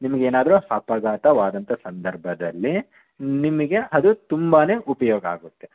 ನಿಮ್ಗೆ ಏನಾದರೂ ಅಪಘಾತವಾದಂಥ ಸಂದರ್ಭದಲ್ಲಿ ನಿಮಗೆ ಅದು ತುಂಬಾ ಉಪಯೋಗ ಆಗುತ್ತೆ